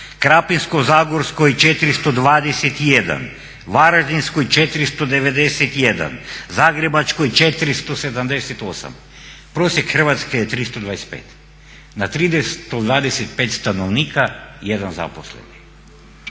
Krapinsko-zagorskoj 421, Varaždinskoj 491, Zagrebačkoj 478. Prosjek Hrvatske je 325 na 325 stanovnika 1 zaposleni.